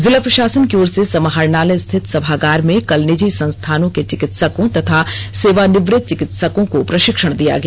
जिला प्रशासन की ओर से समाहरणालय स्थित सभागार में कल निजी संस्थानों के चिकित्सकों तथा सेवानिवृत्त चिकित्सकों को प्रशिक्षण दिया गया